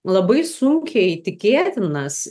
labai sunkiai tikėtinas